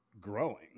growing